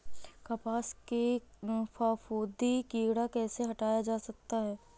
कपास से फफूंदी कीड़ा कैसे हटाया जा सकता है?